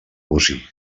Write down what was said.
bocí